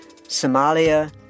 Somalia